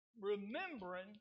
remembering